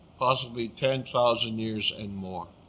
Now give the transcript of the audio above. possibly ten thousand years and more.